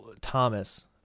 Thomas